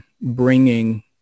bringing